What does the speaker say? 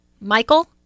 Michael